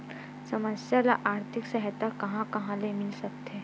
समस्या ल आर्थिक सहायता कहां कहा ले मिल सकथे?